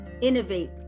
innovate